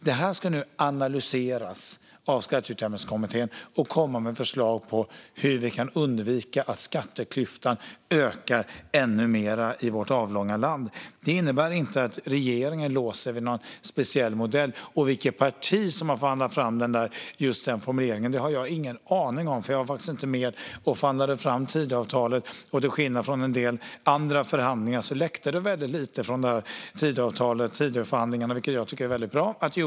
Detta ska nu skatteutjämningskommittén analysera, och sedan ska man komma med förslag på hur man kan undvika att skatteklyftan ökar ännu mer i vårt avlånga land. Detta innebär inte att regeringen låser sig vid någon bestämd modell. Vilket parti som har förhandlat fram just den formuleringen har jag ingen aning om, för jag var inte med och förhandlade fram Tidöavtalet. Till skillnad från i en del andra förhandlingar läckte det väldigt lite från Tidöförhandlingarna, vilket jag tycker var bra.